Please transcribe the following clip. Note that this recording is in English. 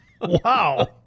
Wow